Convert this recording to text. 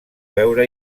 veure